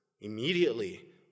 Immediately